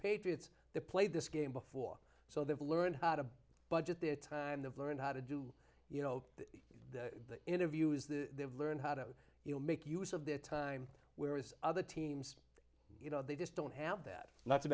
patriots the played this game before so they learn how to budget their time the learn how to do you know the interviews learn how to make use of their time whereas other teams you know they just don't have that not to